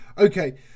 Okay